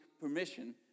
permission